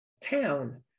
town